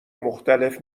مختلف